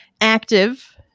active